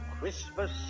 Christmas